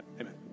Amen